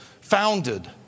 founded